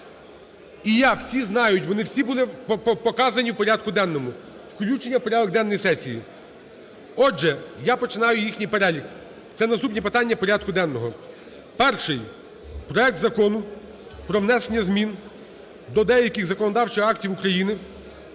І, як всі знають, вони всі були показані в порядку денному "включення в порядок денний сесії". Отже, я починаю їхній перелік, це наступні питання порядку денного. Перший – проект Закону про внесення змін до деяких законодавчих актів України